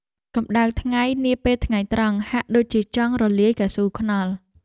កម្ដៅថ្ងៃនាពេលថ្ងៃត្រង់ហាក់ដូចជាចង់រលាយកៅស៊ូថ្នល់។